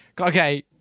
okay